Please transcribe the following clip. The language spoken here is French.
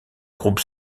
groupe